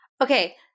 Okay